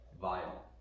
vile